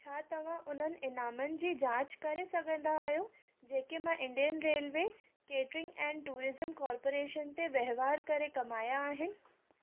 छा तव्हां उन्हनि इनामनि जी जांच करे सघंदा आहियो जेके मां Indian railway catering and tourism corporation ते वहिंवारु करे कमाया आहिनि